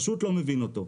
פשוט לא מבין אותו.